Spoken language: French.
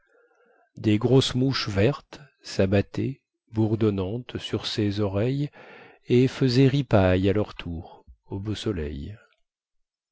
des grosses mouches vertes sabattaient bourdonnantes sur ses oreilles et faisaient ripaille à leur tour au beau soleil